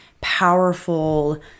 powerful